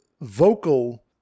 vocal